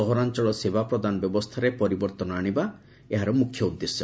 ସହରାଞ୍ଚଳ ସେବା ପ୍ରଦାନ ବ୍ୟବସ୍ରାରେ ପରିବର୍ଭନ ଆଶିବା ଏହାର ମୁଖ୍ୟ ଉଦ୍ଦେଶ୍ୟ